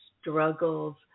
struggles